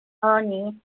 अँ नि